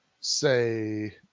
say